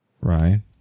Right